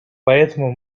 поэтому